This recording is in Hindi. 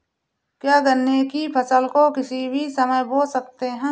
क्या गन्ने की फसल को किसी भी समय बो सकते हैं?